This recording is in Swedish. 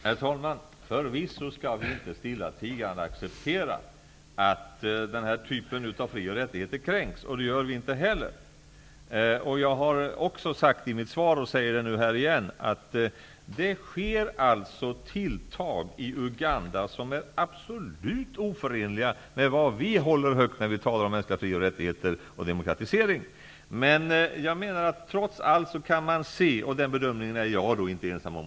Herr talman! Förvisso skall vi inte stillatigande acceptera att den här typen av fri och rättigheter kränks. Det gör vi inte heller. Jag har sagt i mitt svar, och jag säger det igen, att det sker tilltag i Uganda som är absolut oförenliga med vad vi håller högt när vi talar om mänskliga frioch rättigheter och demokratisering. Men jag menar att man trots allt kan se något positivt. Den bedömningen är jag inte ensam om.